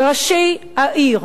ראשי עיר,